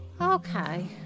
okay